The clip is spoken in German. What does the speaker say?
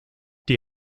die